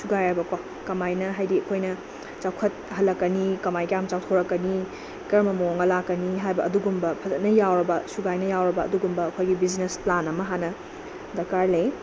ꯁꯨꯒꯥꯏꯔꯕꯀꯣ ꯀꯃꯥꯏꯅ ꯍꯥꯏꯗꯤ ꯑꯩꯈꯣꯏꯅ ꯆꯥꯎꯈꯠ ꯍꯜꯂꯛꯀꯅꯤ ꯀꯃꯥꯏꯅ ꯀꯌꯥꯝ ꯆꯥꯎꯊꯣꯔꯛꯀꯅꯤ ꯀꯔꯝꯕ ꯃꯑꯣꯡꯗ ꯂꯥꯛꯀꯅꯤ ꯍꯥꯏꯕ ꯑꯗꯨꯒꯨꯝꯕ ꯐꯖꯅ ꯌꯥꯎꯔꯕ ꯁꯨꯒꯥꯏꯅ ꯌꯥꯎꯔꯕ ꯑꯗꯨꯒꯨꯝꯕ ꯑꯩꯈꯣꯏꯒꯤ ꯕꯤꯖꯤꯅꯦꯁ ꯄ꯭ꯂꯥꯟ ꯑꯃ ꯍꯥꯟꯅ ꯗꯔꯀꯥꯔ ꯂꯩ